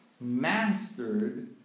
mastered